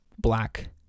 black